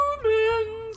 humans